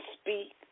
speak